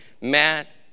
Matt